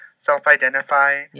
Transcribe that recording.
self-identify